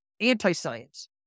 anti-science